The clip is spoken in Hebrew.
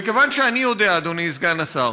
וכיוון שאני יודע, אדוני סגן השר,